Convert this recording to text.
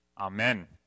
Amen